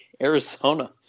Arizona